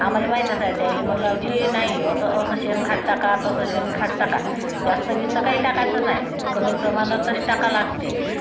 आम्हाले माहितच आहे त्या आयले म्हणलं आजी नाही असं शेणखत टाका तर असं शेणखत टाका जास्त बिस्तं काही टाकायचं नाही कमी प्रमाणातच टाकावं लागते